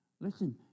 Listen